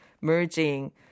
merging